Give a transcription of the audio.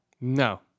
No